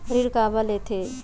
ऋण काबर लेथे?